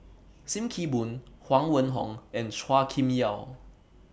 SIM Kee Boon Huang Wenhong and Chua Kim Yeow